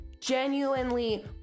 genuinely